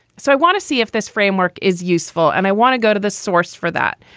so i want to see if this framework is useful. and i want to go to the source for that.